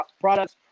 products